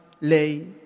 lay